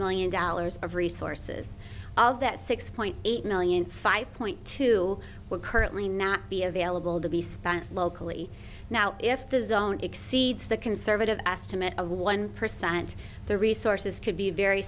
million dollars of resources of that six point eight million five point two we're currently not be available to be spent locally now if the zone exceeds the conservative estimate of one percent the resources could be very